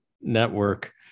network